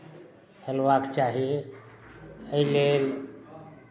हेलबाक चाही एहि लेल